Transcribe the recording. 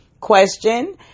question